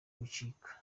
bicika